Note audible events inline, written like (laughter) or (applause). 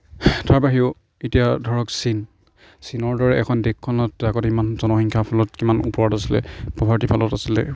তাৰ বাহিৰেও এতিয়া ধৰক চীন চীনৰ দৰে এখন দেশখনত আগতে ইমান জনসংখ্যাৰ ফলত কিমান ওপৰত আছিলে (unintelligible)